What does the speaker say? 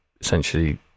essentially